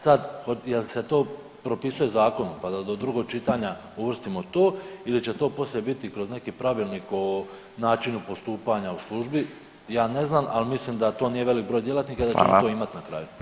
Sad jel' se to propisuje zakonom, pa da do drugog čitanja uvrstimo to ili će to poslije biti kroz neki pravilnik o načinu postupanja u službi ja ne znam, ali mislim da to nije velik broj djelatnika, da će to imat na kraju.